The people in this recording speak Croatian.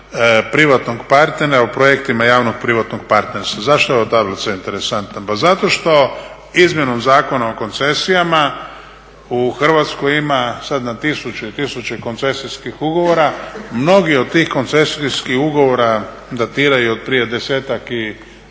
privatnog partnera u projektima javnog privatnog partnerstva. Zašto je ova tablica interesantna? Pa zato što izmjenom Zakona o koncesijama u Hrvatskoj ima sad na tisuće i tisuće koncesijskih ugovora. Mnogi od tih koncesijskih ugovora datiraju od prije desetak i